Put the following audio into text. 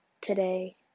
today